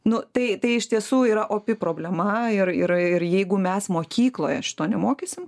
nu tai tai iš tiesų yra opi problema ir ir ir jeigu mes mokykloje šito nemokysim